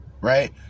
right